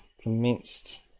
commenced